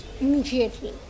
immediately